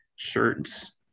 Shirts